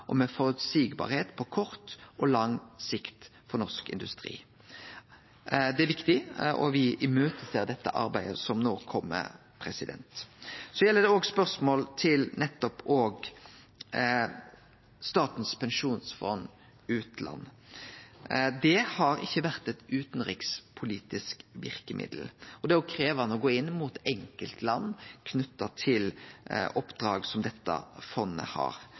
og me ser fram til det arbeidet som no kjem. Så gjeld det spørsmål om Statens pensjonsfond utland. Det har ikkje vore eit utanrikspolitisk verkemiddel, og det er krevjande å gå inn mot enkeltland knytt til oppdrag som dette fondet har.